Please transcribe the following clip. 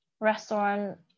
restaurant